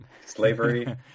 Slavery